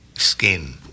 Skin